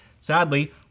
Sadly